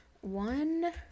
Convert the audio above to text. One